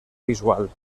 visual